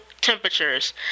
temperatures